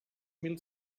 mil